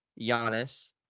Giannis